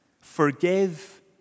forgive